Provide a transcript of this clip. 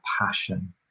passion